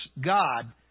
God